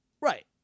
Right